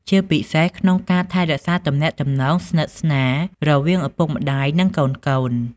ជាពិសេស ក្នុងការថែរក្សាទំនាក់ទំនងស្និទ្ធស្នាលរវាងឪពុកម្ដាយ និងកូនៗ។